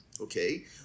Okay